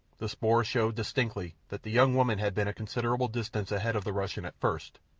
the spoor showed distinctly that the young woman had been a considerable distance ahead of the russian at first,